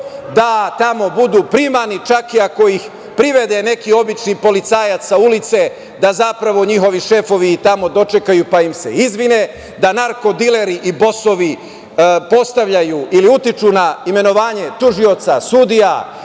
da tamo budu primani čak iako ih privede neki obični policajac sa ulice, da zapravo njihovi šefovi ih tamo dočekaju pa im se izvine, da narkodileri i bosovi postavljaju ili utiču na imenovanje tužioca, sudija,